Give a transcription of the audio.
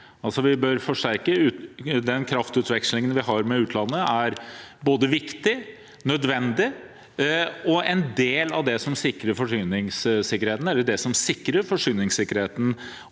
vi forsterke. Den kraftutvekslingen vi har med utlandet, er både viktig, nødvendig og det som sikrer forsyningssikkerheten